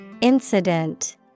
Incident